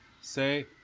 Say